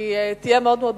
תהיה מאוד מאוד משמעותית.